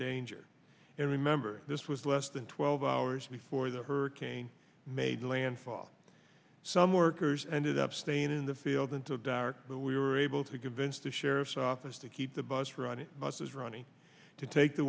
danger and remember this was less than twelve hours before the hurricane made landfall some workers ended up staying in the field until dark but we were able to convince the sheriff's office to keep the bus for on buses ronnie to take the